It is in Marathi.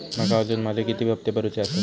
माका अजून माझे किती हप्ते भरूचे आसत?